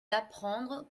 d’apprendre